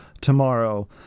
tomorrow